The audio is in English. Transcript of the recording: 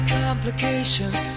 complications